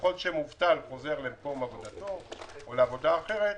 ככל שמובטל חוזר למקום עבודתו או לעבודה אחרת,